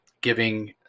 Giving